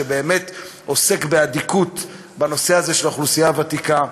שבאמת עוסק באדיקות בנושא הזה של האוכלוסייה הוותיקה,